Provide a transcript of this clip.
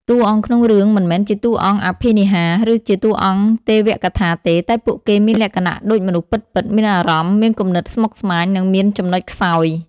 តួអង្គក្នុងរឿងមិនមែនជាតួអង្គអភិនិហា ឬជាតួអង្គទេវកថាទេ តែពួកគេមានលក្ខណៈដូចមនុស្សពិតៗ មានអារម្មណ៍ មានគំនិតស្មុគស្មាញ និងមានចំណុចខ្សោយ។